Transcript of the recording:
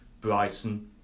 Bryson